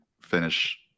finish